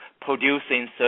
producing